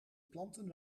planten